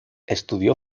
estudió